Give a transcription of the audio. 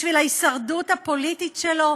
בשביל ההישרדות הפוליטית שלו.